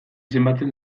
zenbatzen